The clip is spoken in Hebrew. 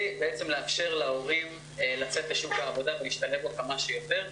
לאפשר להורים לצאת לשוק העבודה ולהשתלב בו כמה שיותר,